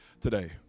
today